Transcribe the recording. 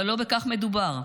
אבל לא בכך מדובר.